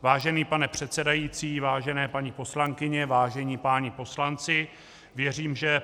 Vážený pane předsedající, vážené paní poslankyně, vážení páni poslanci, věřím, že se